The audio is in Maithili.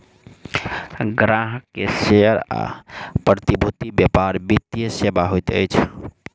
ग्राहक के शेयर आ प्रतिभूति व्यापार वित्तीय सेवा होइत अछि